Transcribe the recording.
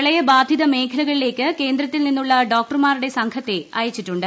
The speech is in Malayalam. പ്രളയ ബാധിത മേഖലകളിലേക്ക് കേന്ദ്രത്തിൽ നിന്നുള്ള ഡോക്ടർമാരുടെ സംഘത്തെ അയച്ചിട്ടുണ്ട്